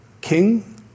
King